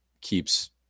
keeps